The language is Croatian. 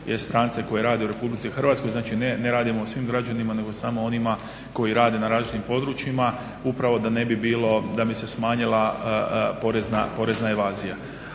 i strance koji rade u Republici Hrvatskoj. Znači ne radimo svim građanima nego samo onima koji rade na različitim područjima. Upravo da ne bi bilo, da bi se smanjila porezna evazija.